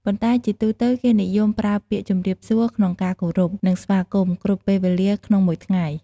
ប៉ុន្តែជាទូទៅគេនិយមប្រើពាក្យ ជំរាបសួរ ក្នុងការគោរព និងស្វាគមន៍ គ្រប់ពេលវេលាក្នុងមួយថ្ងៃ។